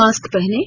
mask पहनें